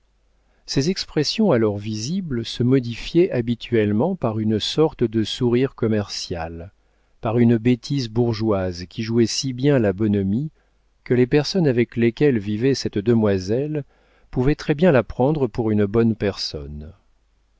ces expressions alors visibles se modifiaient habituellement par une sorte de sourire commercial par une bêtise bourgeoise qui jouait si bien la bonhomie que les personnes avec lesquelles vivait cette demoiselle pouvaient très bien la prendre pour une bonne personne